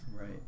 Right